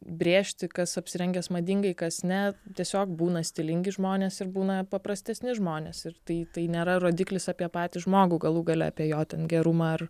brėžti kas apsirengęs madingai kas ne tiesiog būna stilingi žmonės ir būna paprastesni žmonės ir tai tai nėra rodiklis apie patį žmogų galų gale apie jo gerumą ar